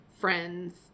friends